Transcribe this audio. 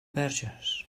verges